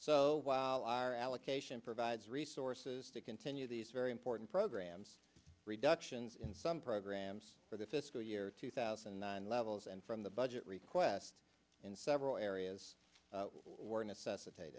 so while our allocation provides resources to continue these very important programs reductions in some programs for the fiscal year two thousand and nine levels and from the budget request in several areas where